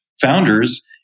founders